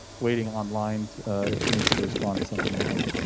waiting on line if she needs to respond to something. also,